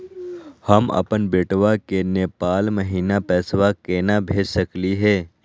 हम अपन बेटवा के नेपाल महिना पैसवा केना भेज सकली हे?